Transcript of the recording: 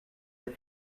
are